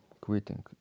quitting